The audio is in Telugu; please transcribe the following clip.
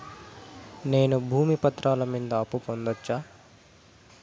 నేను భూమి పత్రాల మీద అప్పు పొందొచ్చా?